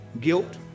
guilt